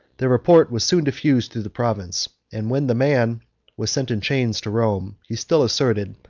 the report was soon diffused through the province and when the man was sent in chains to rome, he still asserted,